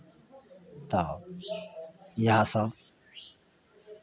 तऽ इएहसभ